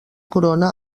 corona